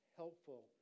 helpful